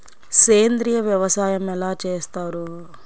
సేంద్రీయ వ్యవసాయం ఎలా చేస్తారు?